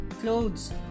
clothes